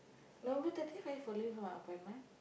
on the thirtieth are you following for my appointment